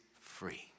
free